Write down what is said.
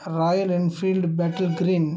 Royal Enfield battle green